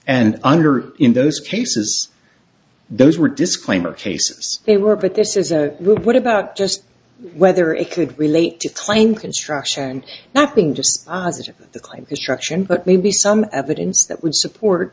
and under in those cases those were disclaimer cases they were but this is a report about just whether it could relate to claim construction happening just that the claim is traction but maybe some evidence that would support